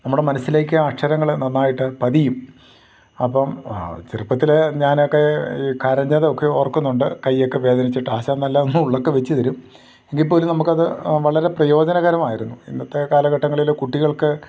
നമ്മുടെ മനസ്സിലേക്ക് ആ അക്ഷരങ്ങൾ നന്നായിട്ട് പതിയും അപ്പം ആ ചെറുപ്പത്തിലേ ഞാനൊക്കെ ഈ കരഞ്ഞത് ഒക്കെ ഓര്ക്കുന്നുണ്ട് കയ്യൊക്കെ വേദനിച്ചിട്ട് ആശാന് നല്ല നുള്ളൊക്കെ വെച്ചു തരും എങ്കിൽ ഇപ്പോഴൊരു നമുക്കത് വളരെ പ്രയോജനകരമായിരുന്നു ഇന്നത്തെ കാലഘട്ടങ്ങളിൽ കുട്ടികൾക്ക്